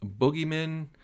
boogeymen